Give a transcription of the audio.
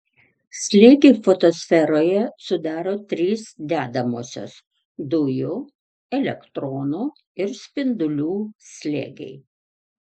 slėgį fotosferoje sudaro trys dedamosios dujų elektronų ir spindulių slėgiai